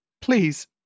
Please